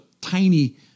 tiny